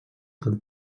del